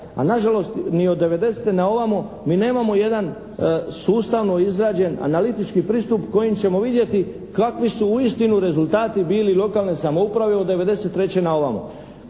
a nažalost ni od '90. na ovamo mi nemamo jedan sustavno izrađen analitički pristup kojim ćemo vidjeti kakvi su uistinu bili rezultati lokalne samouprave od '93. na ovamo,